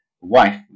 wife